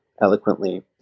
eloquently